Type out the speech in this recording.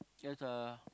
there's a